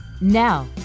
Now